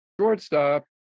Shortstop